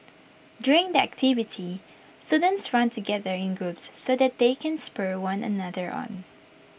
during the activity students run together in groups so that they can spur one another on